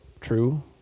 true